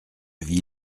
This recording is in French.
vis